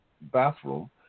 bathroom